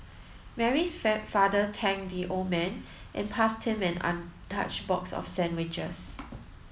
Mary's father thanked the old man and passed him an untouched box of sandwiches